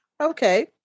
Okay